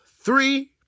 three